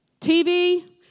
TV